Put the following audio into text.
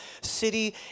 city